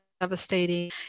devastating